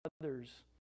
others